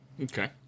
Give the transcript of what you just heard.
Okay